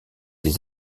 des